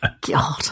God